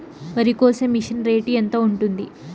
వరికోసే machine rate ఎంత ఉంటుంది?